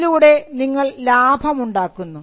അതിലൂടെ നിങ്ങൾ ലാഭമുണ്ടാക്കുന്നു